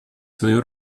свою